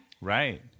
right